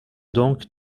donc